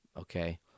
Okay